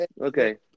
okay